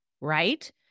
right